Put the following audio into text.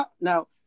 Now